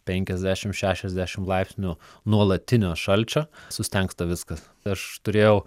penkiasdešimt šešiasdešimt laipsnių nuolatinio šalčio sustengsta viskas aš turėjau